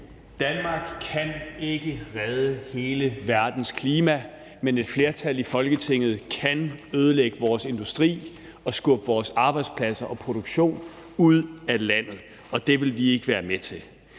Danmark kan ikke redde hele verdens klima, men et flertal i Folketinget kan ødelægge vores industri og skubbe vores arbejdspladser og produktion ud af landet, og det vil vi ikke være med til.